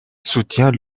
soutient